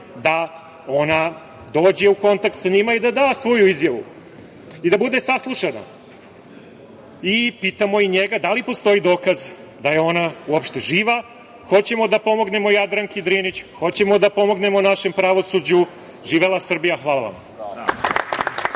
da ona dođe u kontakt sa njima, da da svoju izjavu i da bude saslušana? Pitamo njega i da li postoji dokaz da je ona uopšte živa? Hoćemo da pomognemo Jadranki Drinić, hoćemo da pomognemo našem pravosuđu. Živela Srbija. Hvala vam.